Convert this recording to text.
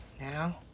Now